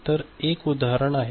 तरहे एक उदाहरण आहे